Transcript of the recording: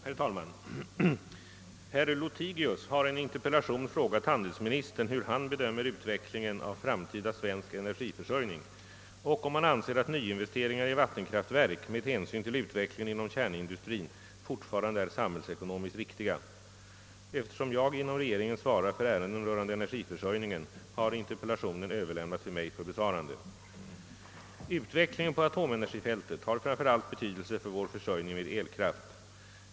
Herr talman! Herr Lothigius har i en interpellation frågat handelsministern hur han bedömer utvecklingen av framtida svensk energiförsörjning och om han anser att nyinvesteringar i vattenkraftverk med hänsyn till utvecklingen inom kärnindustrin fortfarande är samhällsekonomiskt riktiga. Eftersom jag inom regeringen svarar för ärenden rörande energiförsörjningen har interpellationen överlämnats till mig för besvarande. Utvecklingen på atomenergifältet har framför allt betydelse för vår försörjning med elkraft.